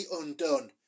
undone